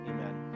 Amen